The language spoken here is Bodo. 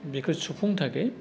बेखौ सुफुं थाखै